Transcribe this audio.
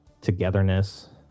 togetherness